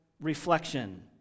reflection